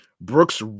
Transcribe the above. brooks